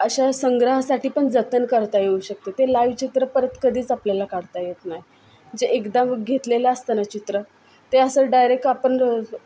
अशा संग्रहासाठी पण जतन करता येऊ शकतं ते लाईव चित्र परत कधीच आपल्याला काढता येत नाही जे एकदा घेतलेलं असतं ना चित्र ते असं डायरेक आपण